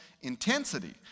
intensity